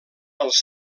els